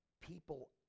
people